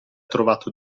trovato